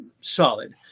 solid